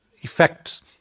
effects